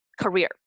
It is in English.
Career